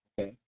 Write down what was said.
okay